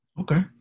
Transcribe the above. Okay